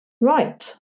right